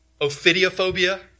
Ophidiophobia